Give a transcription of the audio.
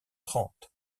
trente